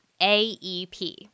AEP